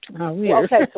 okay